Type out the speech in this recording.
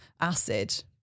acid